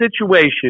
situation